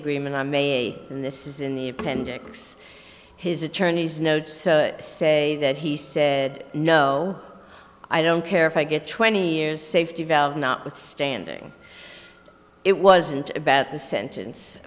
agreement on may and this is in the appendix his attorney's notes say that he said no i don't care if i get twenty years safety valve not withstanding it wasn't about the sentence